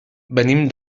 venim